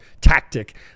tactic